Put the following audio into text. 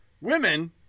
women